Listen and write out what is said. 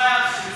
יחליפו.